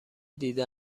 دیده